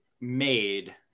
made